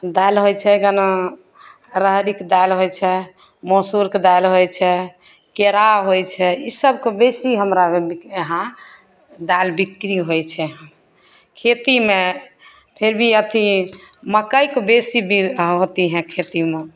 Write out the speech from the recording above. दालि होइ छैकने राहरीके दालि होइ छै मसूरके दालि होइ छै केराउ होइ छै ई सभके बेसी हमरा इहाँ दालि बिकरी होइ छै खेतीमे फेर भी अथी मकै कऽ बेसी होती है खेती मऽ